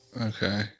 Okay